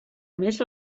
més